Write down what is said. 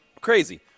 Crazy